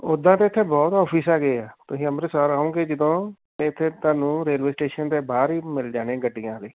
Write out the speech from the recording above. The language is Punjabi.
ਉੱਦਾਂ ਤਾਂ ਇੱਥੇ ਬਹੁਤ ਔਫਿਸ ਹੈਗੇ ਆ ਤੁਸੀਂ ਅੰਮ੍ਰਿਤਸਰ ਆਓਗੇ ਜਦੋਂ ਤਾਂ ਇੱਥੇ ਤੁਹਾਨੂੰ ਰੇਲਵੇ ਸਟੇਸ਼ਨ ਦੇ ਬਾਹਰ ਹੀ ਮਿਲ ਜਾਣੇ ਗੱਡੀਆਂ ਵਾਲੇ